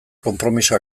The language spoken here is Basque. konpromiso